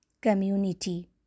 community